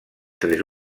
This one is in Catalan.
tres